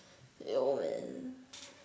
ya man